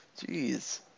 Jeez